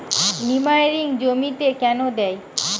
নিমারিন জমিতে কেন দেয়?